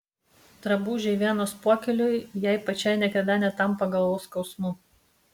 drabužiai vienos pokyliui jai pačiai niekada netampa galvos skausmu